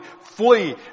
Flee